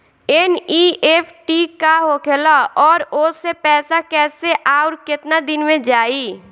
NEFT का होखेला और ओसे पैसा कैसे आउर केतना दिन मे जायी?